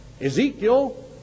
Ezekiel